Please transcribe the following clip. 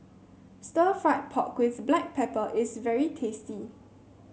stir fry pork with Black Pepper is very tasty